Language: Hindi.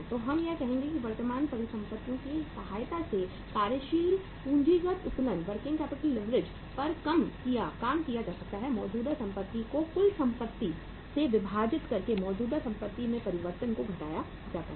तो हम यह कहेंगे कि वर्तमान परिसंपत्तियों की सहायता से कार्यशील पूंजीगत उत्तोलन वर्किंग कैपिटल लीवरेज पर काम किया जा सकता है मौजूदा संपत्ति को कुल संपत्ति से विभाजित करके मौजूदा संपत्ति के परिवर्तन को घटाया जाता है